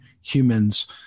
humans